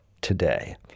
today